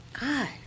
God